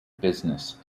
business